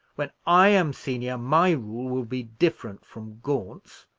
when i am senior, my rule will be different from gaunt's.